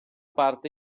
parte